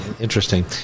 Interesting